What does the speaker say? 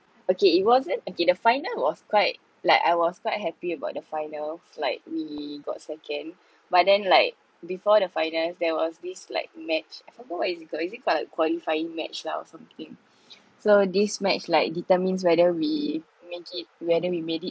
okay it wasn't okay the final was quite like I was quite happy about the finals like we got second but then like before the finals there was this like match I forgot what is it called is it called of qualifying match lah or something so this match like determines whether we make it whether we made it